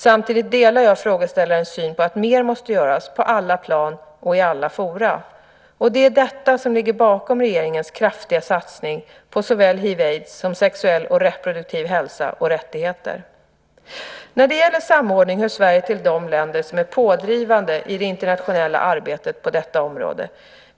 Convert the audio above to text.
Samtidigt delar jag frågeställarens syn på att mer måste göras, på alla plan och i alla forum. Och det är detta som ligger bakom regeringens kraftiga satsning på såväl hiv/aids som sexuell och reproduktiv hälsa och rättigheter. När det gäller samordning hör Sverige till de länder som är pådrivande i det internationella arbetet på detta område.